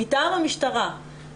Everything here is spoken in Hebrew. מטעם המשטרה.